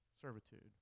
servitude